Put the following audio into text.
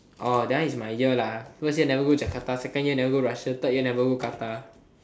orh that one is my year lah first year never go Jakarta second year never go Russia third year never go Qatar